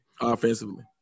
offensively